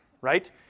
right